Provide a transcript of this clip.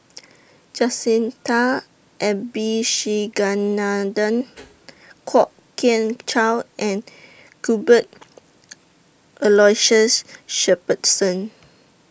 Jacintha Abisheganaden Kwok Kian Chow and Cuthbert Aloysius Shepherdson